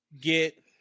get